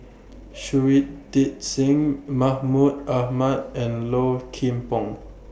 Shui Tit Sing Mahmud Ahmad and Low Kim Pong